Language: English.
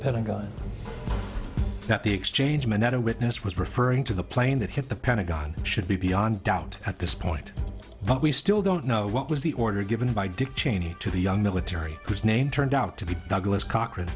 pentagon that the exchange meant that a witness was referring to the plane that hit the pentagon should be beyond doubt at this point but we still don't know what was the order given by dick cheney to the young military whose name turned out to be douglas cochrane